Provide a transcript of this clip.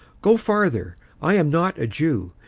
go farther. i am not a jew.